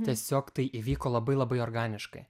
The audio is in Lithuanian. tiesiog tai įvyko labai labai organiškai